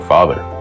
Father